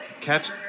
Catch